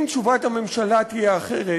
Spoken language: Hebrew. אם תשובת הממשלה תהיה אחרת,